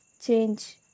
Change